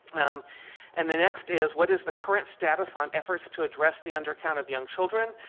and um and the next is what is the current status on efforts to address the undercount of young children.